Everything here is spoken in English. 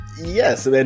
yes